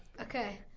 Okay